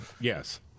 Yes